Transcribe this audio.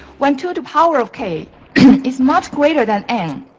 when to the power of k is much greater than n,